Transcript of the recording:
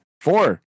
Four